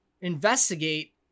investigate